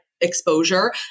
exposure